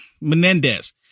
menendez